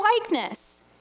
likeness